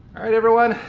all right, everyone.